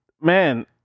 man